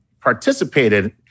participated